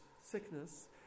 sickness